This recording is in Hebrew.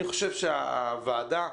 הוועדה,